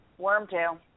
Wormtail